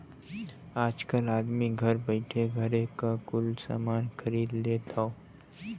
आजकल आदमी घर बइठे घरे क कुल सामान खरीद लेत हौ